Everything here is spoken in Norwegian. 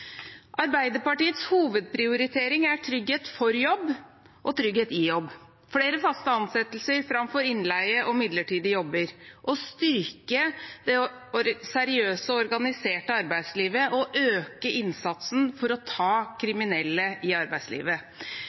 Arbeiderpartiets hovedprioritering er trygghet for jobb, trygghet i jobb, flere faste ansettelser framfor innleie og midlertidige jobber – og å styrke det seriøse og organiserte arbeidslivet og øke innsatsen for å ta kriminelle i arbeidslivet.